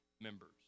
members